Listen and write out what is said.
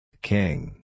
King